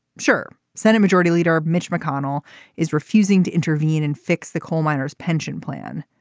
sure. senate majority leader mitch mcconnell is refusing to intervene and fix the coal miners pension plan.